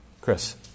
Chris